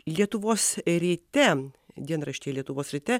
lietuvos ryte dienraštyje lietuvos ryte